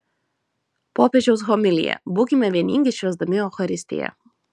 popiežiaus homilija būkime vieningi švęsdami eucharistiją